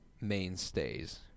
mainstays